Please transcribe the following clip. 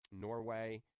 Norway